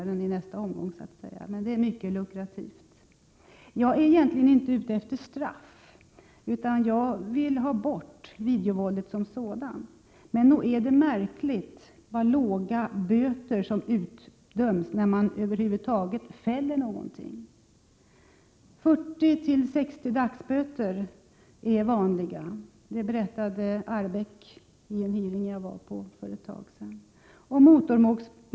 Det är verkligen mycket lukrativt. Jag är egentligen inte ute efter straff, utan jag vill ha bort videovåldet som sådant. Men nog är det märkligt hur låga böter det utdöms när man över huvud taget fäller någon. 40-60 dagsböter är det vanliga, berättade Gunnel Arrbäck vid en hearing jag var på för en tid sedan.